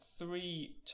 three